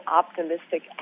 optimistic